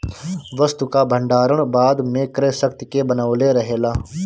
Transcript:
वस्तु कअ भण्डारण बाद में क्रय शक्ति के बनवले रहेला